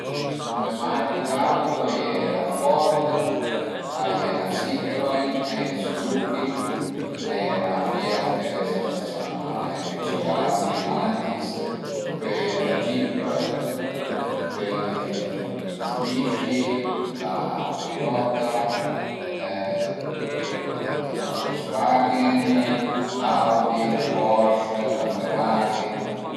Cume marchi d'auto a ie la Ford, a ie la Citroen, a ie ël Suzuki, a ie la FIAT, ch'ades a së ciama FCA Stellantis, pöi a ie la Jeep, pöi a ie ël Mitsubishi, la Toyota pöi a ie la Volkswagen, l'Audi, la Porsche, la Ferrari